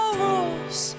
rules